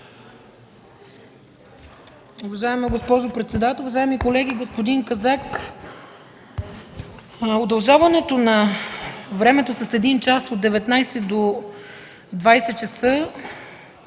Уважаема госпожо председател, уважаеми колеги! Господин Казак, удължаването на времето с един час – от 19,00 ч.